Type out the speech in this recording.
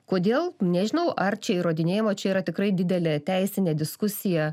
kodėl nežinau ar čia įrodinėjimo čia yra tikrai didelė teisinė diskusija